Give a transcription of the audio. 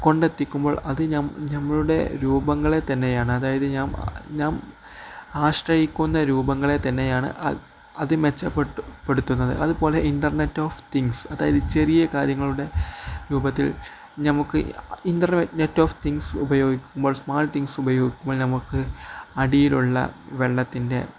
കൊണ്ടെത്തിക്കുമ്പോൾ അത് നമ്മുടെ രൂപങ്ങളെ തന്നെയാണ് അതായത് നാം ആശ്രയിക്കുന്ന രൂപങ്ങളെ തന്നെയാണ് അത് മെച്ചപ്പെടുത്തുന്നത് അതുപോലെ ഇന്റർനെറ്റ് ഓഫ് തിങ്സ് അതായത് ചെറിയ കാര്യങ്ങളുടെ രൂപത്തിൽ നമുക്ക് ഇൻറർനെറ്റ് ഓഫ് തിങ്സ് ഉപയോഗിക്കുമ്പോൾ സ്മോൾ തിങ്ങ്സ് ഉപയോഗിക്കുമ്പോൾ നമുക്ക് അടിയിലുള്ള വെള്ളത്തിൻ്റെ